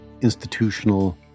institutional